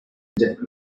men